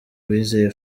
uwizeye